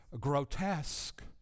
grotesque